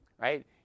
right